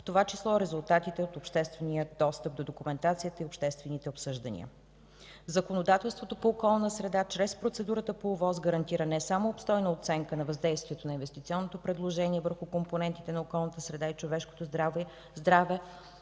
в това число резултатите от обществения достъп до документацията и обществените обсъждания. Законодателството по околна среда, чрез процедурата по ОВОС, гарантира не само обстойна оценка на въздействието на инвестиционното предложение върху компонентите на околната среда и човешкото здраве,